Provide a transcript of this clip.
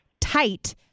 tight